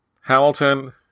Hamilton